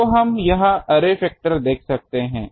तो हम यह अर्रे फैक्टर देख सकते हैं